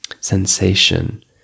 sensation